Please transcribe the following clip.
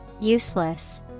useless